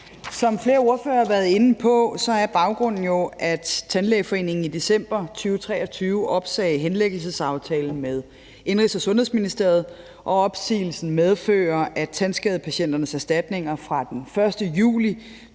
Som flere ordførere har været inde på, er baggrunden jo, at Tandlægeforeningen i december 2023 opsagde henlæggelsesaftalen med Indenrigs- og Sundhedsministeriet, og opsigelsen medfører, at tandskadepatienternes erstatninger fra den 1. juli 2024,